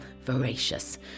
voracious